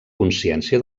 consciència